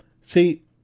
see